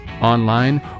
online